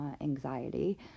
anxiety